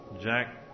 Jack